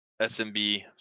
SMB